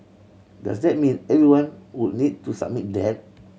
does that mean everyone would need to submit that